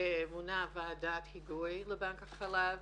מונתה ועדת היגוי לבנק החלב.